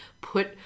put